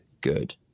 good